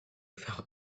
found